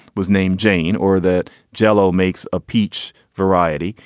was named jane, or that jello makes a peach variety.